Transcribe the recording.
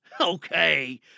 Okay